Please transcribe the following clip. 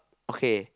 okay